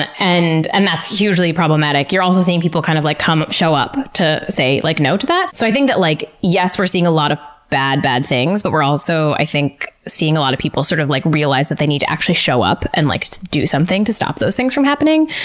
ah and and that's hugely problematic. you're also seeing people kind of like come show up to say like no to that. so i think that like yes, we're seeing a lot of bad, bad things, but we're also, i think, seeing a lot of people sort of like realize that they need to actually show up and like do something to stop those things from happening.